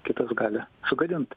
kitas gali sugadint